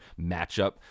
matchup